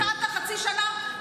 נתת חצי שנה.